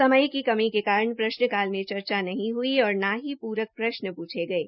समय की कमी के कारण प्रश्नकाल में चर्चा नहीं हुई न ही पूरक प्रश्न प्रश्न पछू गये